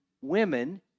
women